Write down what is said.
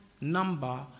number